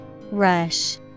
Rush